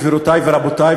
גבירותי ורבותי,